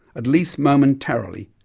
at least momentarily,